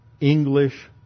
English